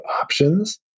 options